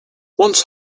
once